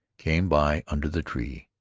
came by under the tree.